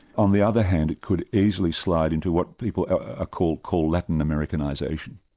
on the other hand, it could easily slide into what people ah call call latin-americanisation,